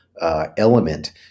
element